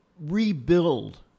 rebuild